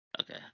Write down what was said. Okay